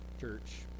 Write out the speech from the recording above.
church